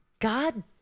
god